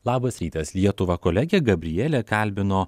labas rytas lietuva kolegė gabrielė kalbino